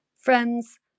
friends